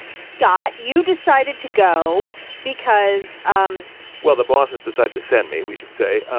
scott, you decided to go because. um well, the bosses decided to send me, we should say,